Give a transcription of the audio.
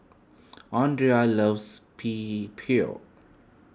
andria loves P Pho